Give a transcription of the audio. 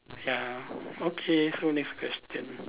ya okay so next question